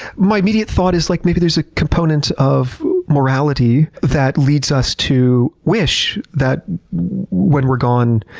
my immediate thought is like maybe there's a component of morality that leads us to wish that when we're gone,